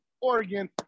Oregon